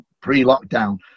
pre-lockdown